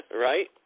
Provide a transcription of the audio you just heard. Right